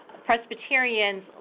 Presbyterians